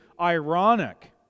ironic